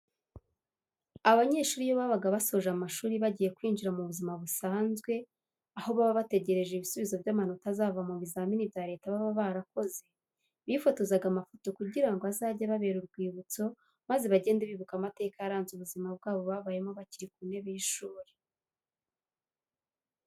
Abanyeshuri iyo babaga basoje amashuri bagiye kwinjira mu buzima busanzwe, aho baba bategereje ibisubizo by'amanota azava mu bizamini bya Leta baba barakoze, bifotozaga amafoto kugira ngo azajye ababera urwibutso maze bagende bibuka amateka yaranze ubuzima bwabo babayemo bakiri ku ntebe y'ishuri.